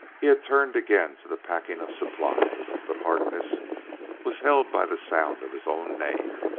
he had turned again to the packing of supplies, but harkness was held by the sound of his own name.